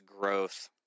growth